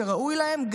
שראוי להם,